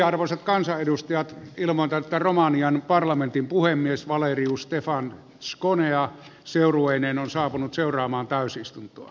arvoisat kansanedustajat ilmoitan että romanian parlamentin puhemies valeriu stefan zgonea seurueineen on saapunut seuraamaan täysistuntoa